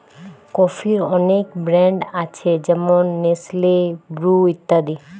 কফির অনেক ব্র্যান্ড আছে যেমন নেসলে, ব্রু ইত্যাদি